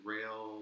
Rail